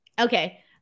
Okay